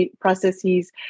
processes